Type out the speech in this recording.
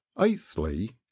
eighthly